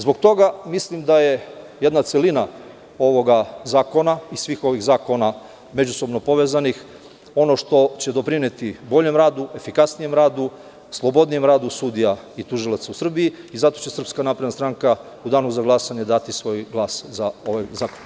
Zbog toga mislim da je jedna celina ovog zakona i svih ovih zakona međusobno povezanih, ono što će doprineti boljem radu, efikasnijem radu, slobodnijem radu sudija i tužilaca u Srbiji i zato će SNS u danu za glasanje dati svoj glas za ovaj zakon.